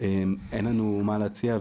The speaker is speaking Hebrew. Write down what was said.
אין לנו מה להציג.